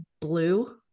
blue